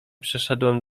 przeszedłem